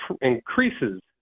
increases